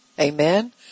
Amen